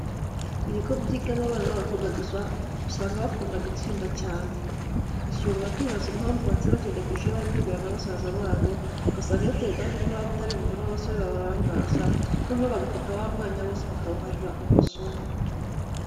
Ibigo byigamo abana b'abakobwa gusa usanga bakunda gutsinda cyane. Gusa ushobora kwibaza impamvu batsinda cyane kurusha iyo bari kwigana na basaza babo, ugasanga biterwa nuko baba batari bubone abasore babarangaza, noneho bagafata wa mwanya wose bakawuharira amasomo.